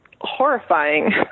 horrifying